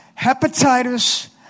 hepatitis